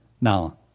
Now